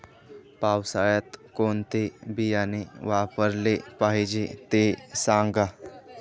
पावसाळ्यात कोणते बियाणे वापरले पाहिजे ते सांगा